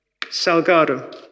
Salgado